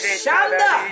Shanda